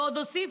ועוד הוסיפו: